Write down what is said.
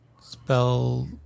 spell